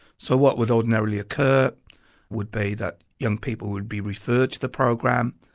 so what would ordinarily occur would be that young people would be referred to the program,